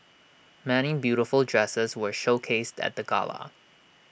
many beautiful dresses were showcased at the gala